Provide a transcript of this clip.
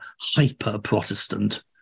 hyper-Protestant